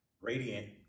Radiant